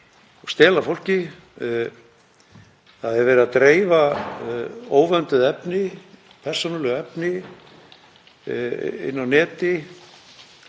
og stela af fólki. Það er verið að dreifa óvönduðu efni, persónulegu efni, á netið.